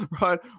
right